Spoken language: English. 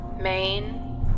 main